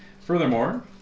Furthermore